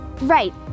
right